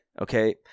Okay